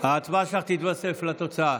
ההצבעה שלך תתווסף לתוצאה.